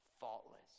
faultless